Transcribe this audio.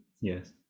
Yes